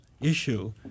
issue